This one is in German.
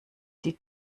die